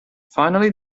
finally